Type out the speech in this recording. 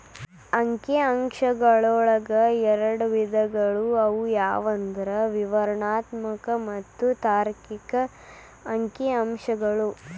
ಅಂಕಿ ಅಂಶಗಳೊಳಗ ಎರಡ್ ವಿಧಗಳು ಅವು ಯಾವಂದ್ರ ವಿವರಣಾತ್ಮಕ ಮತ್ತ ತಾರ್ಕಿಕ ಅಂಕಿಅಂಶಗಳು